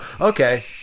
okay